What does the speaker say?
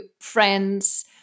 friends